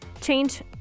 change